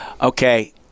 Okay